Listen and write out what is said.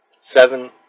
Seven